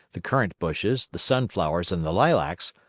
the currant-bushes, the sunflowers, and the lilacs,